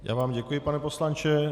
Já vám děkuji, pane poslanče.